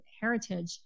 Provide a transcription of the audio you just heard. heritage